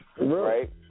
Right